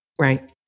Right